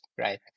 right